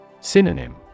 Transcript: Synonym